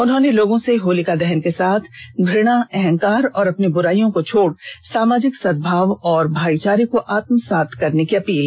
उन्होंने लोगों से होलिका दहन के साथ घृणा अंहकार और अपनी बुराईयों को छोड़ सामाजिक सदभाव और भाईचारे को आत्मसात करने के लिए अपील की